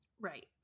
Right